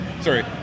sorry